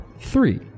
three